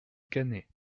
cannet